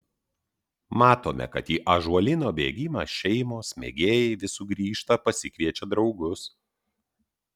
matome kad į ąžuolyno bėgimą šeimos mėgėjai vis sugrįžta pasikviečia draugus